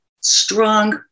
strong